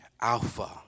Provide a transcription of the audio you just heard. alpha